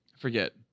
forget